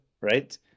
right